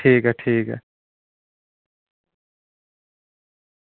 ठीक ऐ ठीक ऐ